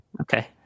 Okay